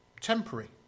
Temporary